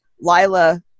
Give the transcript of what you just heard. Lila